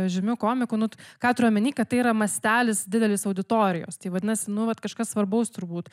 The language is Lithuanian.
žymiu komiku nut ką turiu omeny kad tai yra mastelis didelis auditorijos tai vadinasi nu vat kažkas svarbaus turbūt